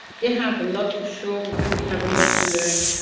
they have a lot to show, and we have a lot to learn.